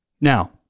Now